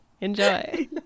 Enjoy